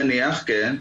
נניח, כן.